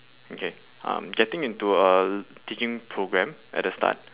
okay um getting into a teaching program at the start